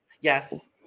Yes